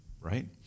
right